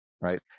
right